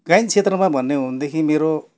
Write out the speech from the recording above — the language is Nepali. गायन क्षेत्रमा भन्ने हो भनेदेखि मेरो